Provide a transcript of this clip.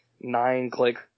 nine-click